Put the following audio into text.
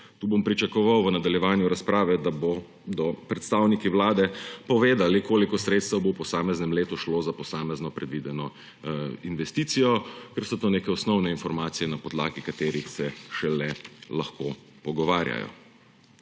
Tu bom pričakoval v nadaljevanju razprave, da bodo predstavniki Vlade povedali, koliko sredstev bo v posameznem letu šlo za posamezno predvideno investicijo, ker so to neke osnovne informacije, na podlagi katerih se šele lahko pogovarjajo.